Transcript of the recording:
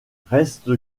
reste